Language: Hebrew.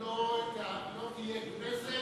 לא תהיה כנסת